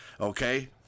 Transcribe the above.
okay